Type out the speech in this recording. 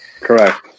correct